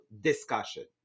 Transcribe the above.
discussion